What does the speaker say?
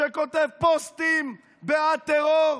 שכותב פוסטים בעד טרור.